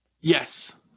Yes